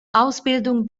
ausbildung